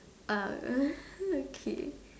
alright okay